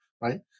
right